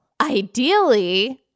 ideally